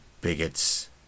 bigots